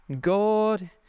God